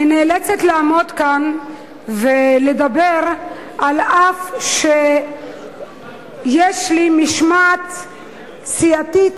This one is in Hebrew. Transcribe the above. אני נאלצת לעמוד כאן ולדבר אף שיש לי משמעת סיעתית,